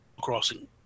Crossing